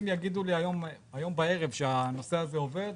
אם יגידו לי היום בערב שהנושא הזה עובד,